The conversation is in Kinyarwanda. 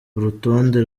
urutonde